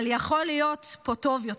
אבל יכול להיות פה טוב יותר.